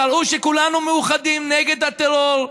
תראו שכולנו מאוחדים נגד הטרור,